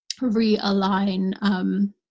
realign